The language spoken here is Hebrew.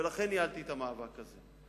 ולכן ניהלתי את המאבק הזה.